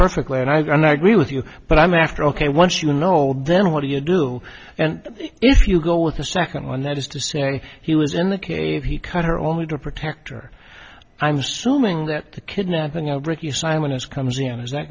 perfectly and i agree with you but i'm after ok once you know then what do you do and if you go with the second one that is to say he was in the cave he cut her only to protect her i'm assuming that the kidnapping outbreak you simon is comes in is that